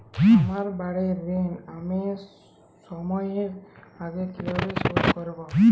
আমার বাড়ীর ঋণ আমি সময়ের আগেই কিভাবে শোধ করবো?